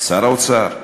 שר האוצר,